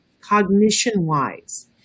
cognition-wise